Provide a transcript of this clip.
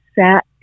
sat